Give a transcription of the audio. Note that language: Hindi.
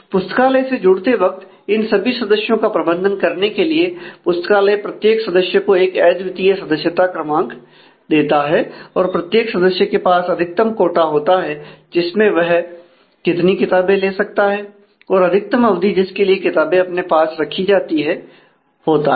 पुस्तकालय से जुड़ते वक्त इन सभी सदस्यों का प्रबंधन करने के लिए पुस्तकालय प्रत्येक सदस्य को एक अद्वितीय सदस्यता क्रमांक देती है और प्रत्येक सदस्य के पास अधिकतम कोटा होता है जिसमें वह कितनी किताबें ले सकता है और अधिकतम अवधि जिसके लिए किताबें अपने पास रखी जाती है होता है